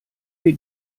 wir